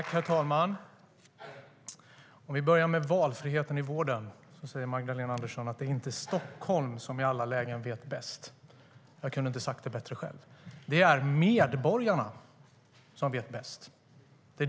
Herr talman! Jag vill börja med valfriheten i vården. Magdalena Andersson säger att det inte är Stockholm som i alla lägen vet bäst. Jag kunde inte ha sagt det bättre själv. Det är medborgarna som vet bäst.